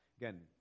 Again